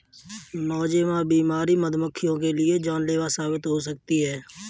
Nosema बीमारी मधुमक्खियों के लिए जानलेवा साबित हो सकती है